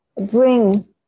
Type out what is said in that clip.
bring